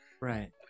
Right